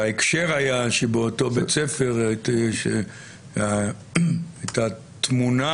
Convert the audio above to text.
וההקשר היה שבאותו בית ספר הייתה תמונה